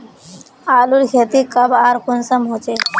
आलूर खेती कब आर कुंसम होचे?